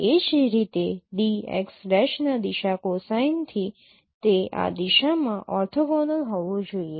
એ જ રીતે dx' ના દિશા કોસાઇનથી તે આ દિશામાં ઓર્થોગોનલ હોવું જોઈએ